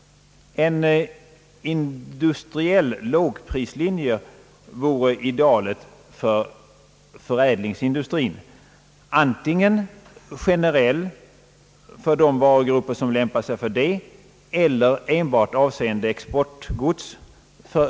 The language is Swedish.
En industriell lågprislinje vore idealet för förädlingsindustrin — antingen generell för de varugrupper som lämpar sig för detta, eller för övriga varor enbart avseende exportgods.